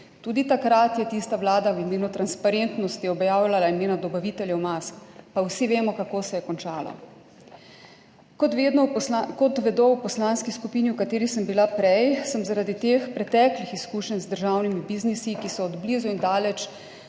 Tudi takrat je tista vlada v imenu transparentnosti objavljala imena dobaviteljev mask, pa vsi vemo, kako se je končalo. Kot vedo v poslanski skupini, v kateri sem bila prej, sem zaradi teh preteklih izkušenj z državnimi biznisi, ki so od blizu in daleč